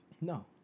No